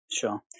sure